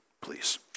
please